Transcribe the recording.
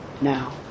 now